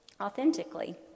authentically